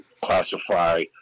classify